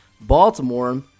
Baltimore